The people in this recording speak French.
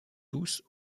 douce